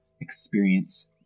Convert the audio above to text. experience